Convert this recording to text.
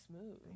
smooth